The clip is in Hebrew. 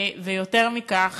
ויותר מכך,